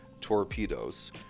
Torpedoes